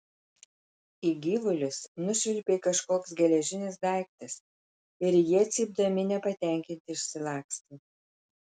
į gyvulius nušvilpė kažkoks geležinis daiktas ir jie cypdami nepatenkinti išsilakstė